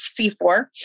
C4